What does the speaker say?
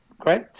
great